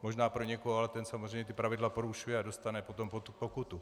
Možná pro někoho, ale ten samozřejmě pravidla porušuje a dostane potom pokutu.